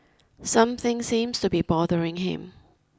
something seems to be bothering him